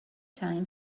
time